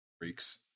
Freaks